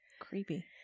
Creepy